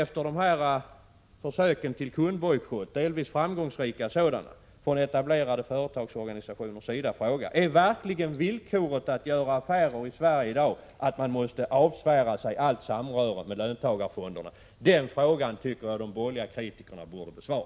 Efter de här, delvis framgångsrika, försöken till kundbojkott från etablerade företagsorganisationers sida måste man fråga: Är villkoren för att kunna göra affärer i Sverige i dag verkligen att man måste avsvära sig allt samröre med löntagarfonderna? Den frågan tycker jag de borgerliga kritikerna borde besvara.